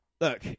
Look